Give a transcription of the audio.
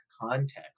context